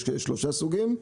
יש שלושה סוגים,